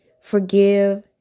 forgive